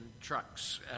trucks